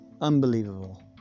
unbelievable